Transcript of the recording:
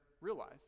realize